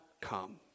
come